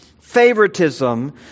favoritism